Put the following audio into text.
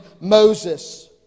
Moses